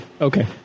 Okay